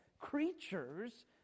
creatures